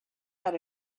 out